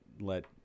Let